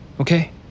okay